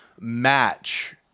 Match